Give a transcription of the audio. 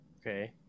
Okay